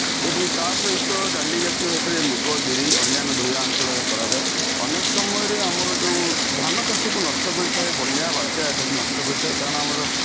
ଏବଂ ତା ସହିତ ଡାଲି ଜାତୀୟ ଚାଷରେ ମୁଗ ବିରି ଅନ୍ୟାନ୍ୟ ଧୋଇଆ ଅଞ୍ଚଳରେ କରାଯାଏ ଅନେକ ସମୟରେ ଆମର ଯେଉଁ ଧାନ ଚାଷକୁ ନଷ୍ଟ କରିଥାଏ ବନ୍ୟା ବାତ୍ୟା ଏଟାକୁ ନଷ୍ଟ କରିଥାଏ କାରଣ ଆମର